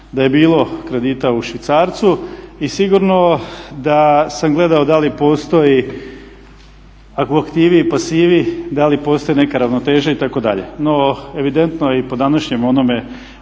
da je bilo kredita u švicarcu. I sigurno da sam gledao da li postoji dakle u aktivi i pasivi da li postoji neka ravnoteža itd. No, evidentno je i po današnjem onome